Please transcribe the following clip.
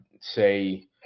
say